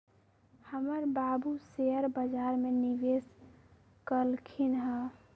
हमर बाबू शेयर बजार में निवेश कलखिन्ह ह